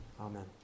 amen